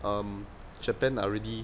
um japan are really